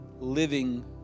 living